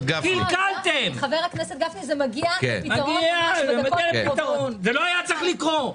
זה לא היה צריך לקרות.